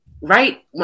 right